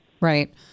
Right